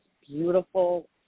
beautiful